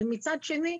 מצד שני,